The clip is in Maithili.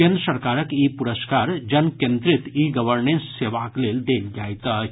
केन्द्र सरकारक ई पुरस्कार जन केन्द्रित ई गवर्नेंस सेवाक लेल देल जाइत अछि